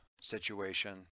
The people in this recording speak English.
situation